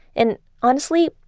and honestly,